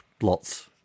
Lots